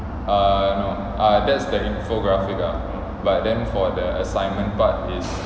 uh no uh that's the infographic ah but then for the assignment part is